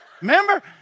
Remember